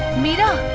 meera!